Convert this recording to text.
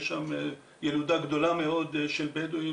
יש שם ילודה גדולה מאוד של בדואים,